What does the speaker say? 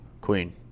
Queen